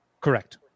Correct